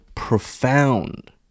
profound